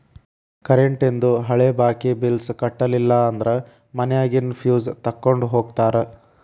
ಕರೆಂಟೇಂದು ಹಳೆ ಬಾಕಿ ಬಿಲ್ಸ್ ಕಟ್ಟಲಿಲ್ಲ ಅಂದ್ರ ಮನ್ಯಾಗಿನ್ ಫ್ಯೂಸ್ ತೊಕ್ಕೊಂಡ್ ಹೋಗ್ತಾರಾ